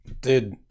dude